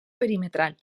perimetral